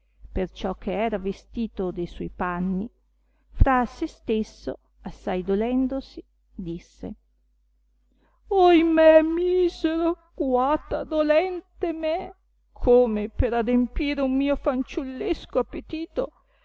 cassandrino perciò che era vestito de suoi panni fra se stesso assai dolendosi disse ohimè misero guata dolente me come per adempire un mio fanciullesco appetito